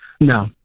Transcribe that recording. No